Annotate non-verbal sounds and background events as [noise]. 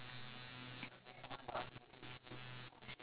ya [laughs] I feel like she know how to manage the money better